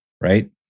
Right